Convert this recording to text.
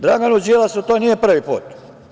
Draganu Đilasu to nije prvi put.